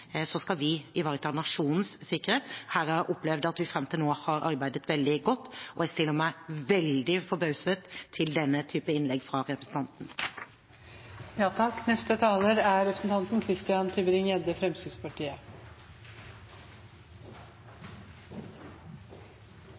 så skal vi ivareta nasjonens sikkerhet. Her har jeg opplevd at vi fram til nå har arbeidet veldig godt, og jeg stiller meg veldig forbauset til denne typen innlegg fra representanten. Det ser ut som representanten